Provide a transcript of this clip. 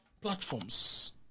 platforms